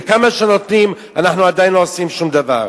וכמה שנותנים, אנחנו עדיין לא עושים שום דבר.